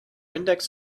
index